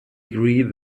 agree